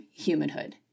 humanhood